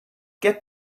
get